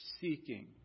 Seeking